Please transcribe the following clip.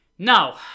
Now